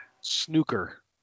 Snooker